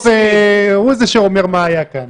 הפרוטוקול בסוף הוא זה שאומר מה היה כאן.